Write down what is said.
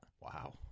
Wow